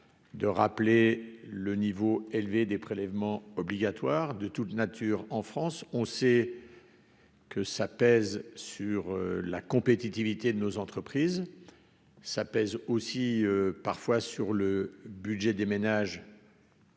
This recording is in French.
de rappeler le niveau élevé des prélèvements obligatoires de toute nature en France on sait. Que ça pèse sur la compétitivité de nos entreprises, ça pèse aussi parfois sur le budget des ménages